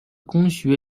公学